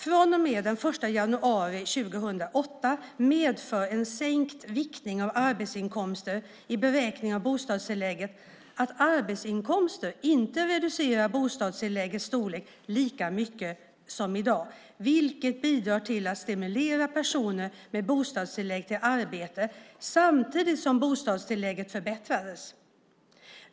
Från och med den 1 januari 2008 medför dessutom en sänkt viktning av arbetsinkomster i beräkningen av bostadstillägg att arbetsinkomster inte reducerar bostadstilläggets storlek lika mycket som i dag, vilket bidrar till att stimulera personer med bostadstillägg till arbete samtidigt som bostadstillägget förbättrats.